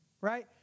right